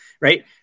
Right